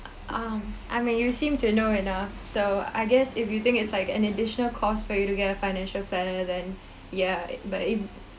um I mean you seem to know enough so I guess if you think it's like an additional cost for you to get a financial planner then ya but if